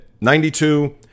92